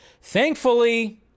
thankfully